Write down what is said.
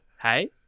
Hey